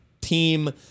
team